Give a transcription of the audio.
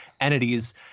entities